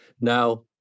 now